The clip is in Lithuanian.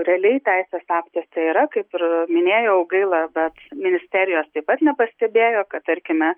realiai teisės aktuose yra kaip ir minėjau gaila bet ministerijos taip pat nepastebėjo kad tarkime